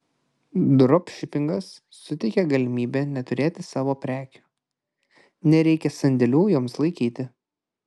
dropšipingas suteikia galimybę neturėti savo prekių nereikia sandėlių joms laikyti